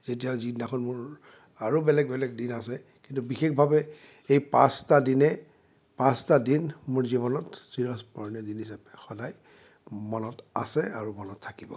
যেতিয়া যিদিনাখন মোৰ আৰু বেলেগ বেলেগ দিন আছে কিন্তু বিশেষভাৱে এই পাঁচটা দিনেই পাঁচটা দিন মোৰ জীৱনত চিৰস্মৰণীয় দিন হিচাপে সদায় মনত আছে আৰু মনত থাকিব